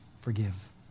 Forgive